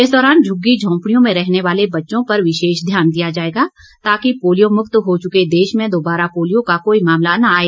इस दौरान झुग्गी झोंपडियों में रहने वाले बच्चों पर विशेष ध्यान दिया जाएगा ताकि पोलियो मुक्त हो चुके देश में दोबारा पोलियो का कोई मामला न आए